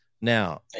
Now